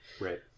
Right